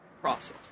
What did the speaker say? process